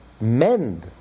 mend